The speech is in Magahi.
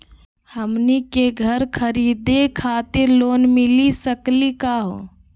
हमनी के घर खरीदै खातिर लोन मिली सकली का हो?